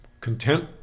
content